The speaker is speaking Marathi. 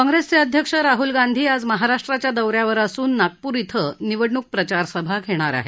काँग्रेसचे अध्यक्ष राहूल गांधी आज महाराष्ट्राच्या दौ यावर असून नागपूर ॐ निवडणूक प्रचार सभा घेणार आहेत